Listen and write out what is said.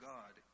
God